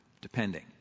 depending